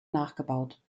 nachgebaut